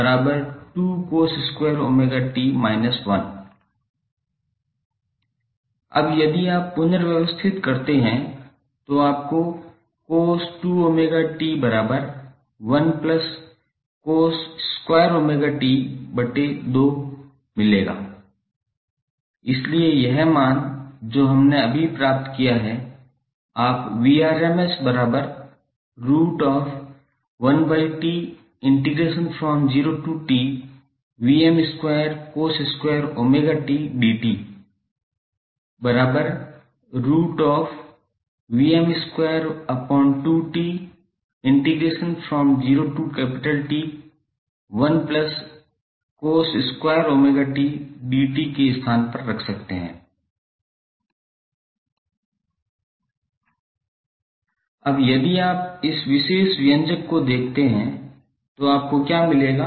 अब यदि आप पुनर्व्यवस्थित करते हैं तो आपको 𝑐𝑜𝑠2𝜔𝑡1𝑐𝑜s2𝜔𝑡2 क्या मिलेगा इसलिए यह मान जो हमने अभी प्राप्त किया है आप के स्थान पर रख सकते हैं अब यदि आप इस विशेष व्यंजक को देखते हैं तो आपको क्या मिलेगा